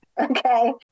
okay